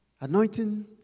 Anointing